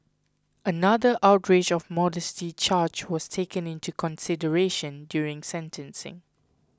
another outrage of modesty charge was taken into consideration during sentencing